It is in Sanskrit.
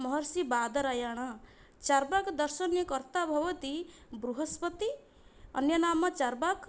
महर्षिबादरायणः चार्वाकदर्शनस्य कर्ता भवति बृहस्पतिः अन्यनाम चार्वाकः